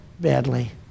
badly